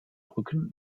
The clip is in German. brücken